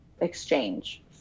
exchange